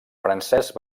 francesc